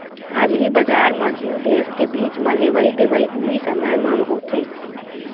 हाजिरी बजार म दू देस के बीच म लेवई देवई उहीं समे म होथे